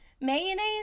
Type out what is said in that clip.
Mayonnaise